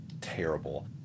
terrible